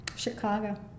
Chicago